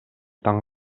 таң